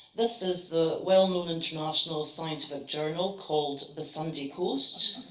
this is the well-known international scientific journal called the sunday post.